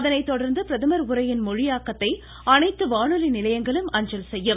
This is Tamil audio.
அதனைத் தொடர்ந்து பிரதமர் உரையின் மொழியாக்கத்தை அனைத்து வானொலி நிலையங்களும் அஞ்சல் செய்யும்